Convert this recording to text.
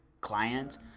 client